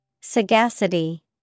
Sagacity